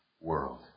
world